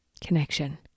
connection